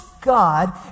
God